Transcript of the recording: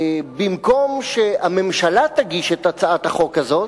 שבמקום שהממשלה תגיש את הצעת החוק הזאת,